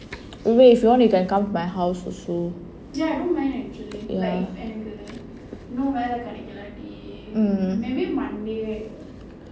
maybe if you want you can come to my house also ya mm